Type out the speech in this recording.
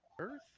earth